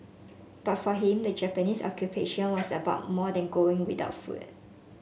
but for him the Japanese Occupation was about more than going without food